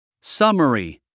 Summary